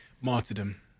Martyrdom